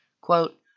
Quote